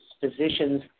physicians